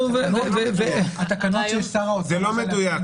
זה לא מדויק.